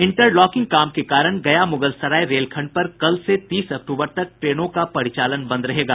interlocking काम के कारण गया मुगलसराय रेल खंड पर कल से तीस अक्टूबर तक ट्रेनों का परिचालन बंद रहेगा